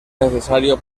necesario